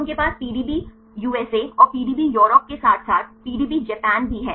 तो उनके पास पीडीबी यूएसए और पीडीबी यूरोप के साथ साथ पीडीबी जापान भी है